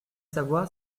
savoir